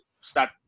start